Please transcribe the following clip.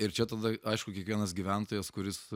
ir čia tada aišku kiekvienas gyventojas kuris